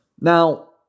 Now